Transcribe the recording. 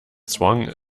swung